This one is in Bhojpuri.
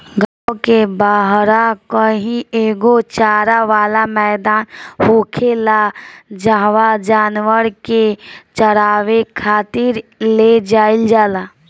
गांव के बाहरा कही एगो चारा वाला मैदान होखेला जाहवा जानवर के चारावे खातिर ले जाईल जाला